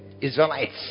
Israelites